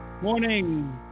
Morning